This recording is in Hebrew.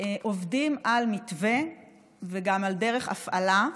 עובדים על מתווה וגם על דרך הפעלה,